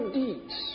deeds